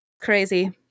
Crazy